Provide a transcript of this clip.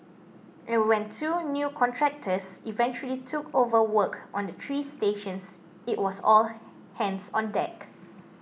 and when two new contractors eventually took over work on the three stations it was all hands on deck